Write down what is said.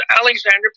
Alexander